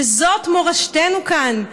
שזאת מורשתנו כאן.